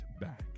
back